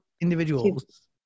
individuals